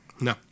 no